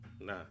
Nah